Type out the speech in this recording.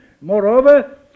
moreover